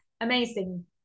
Amazing